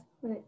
put